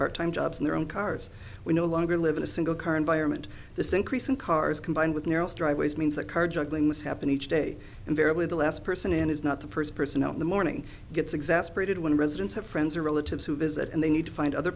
part time jobs in their own cars we no longer live in a single car environment this increase in cars combined with near else driveways means that car juggling was happen each day invariably the last person in is not the first person in the morning gets exasperated when residents have friends or relatives who visit and they need to find other